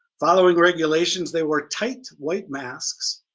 following regulations they wore tight white masks,